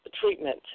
treatment